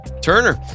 Turner